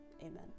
Amen